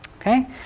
Okay